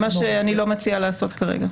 מה שאני לא מציעה לעשות כרגע.